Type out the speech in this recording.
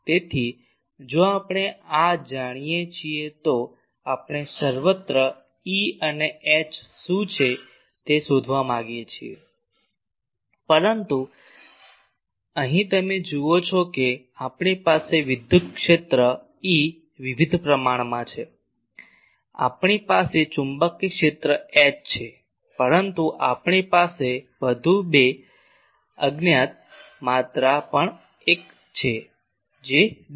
તેથી જો આપણે આ જાણીએ છીએ તો આપણે સર્વત્ર E અને H શું છે તે શોધવા માંગીએ છીએ પરંતુ અહીં તમે જુઓ છો કે આપણી પાસે વિદ્યુત ક્ષેત્ર E વિવિધ પ્રમાણમાં છે આપણી પાસે ચુંબકીય ક્ષેત્ર એચ છે પરંતુ આપણી પાસે વધુ બે અજાણ માત્રા પણ એક છે ડી